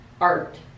art